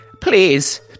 Please